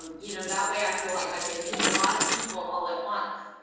um you know that way, i feel like i can hit a lot of people all at once.